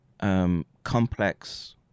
Complex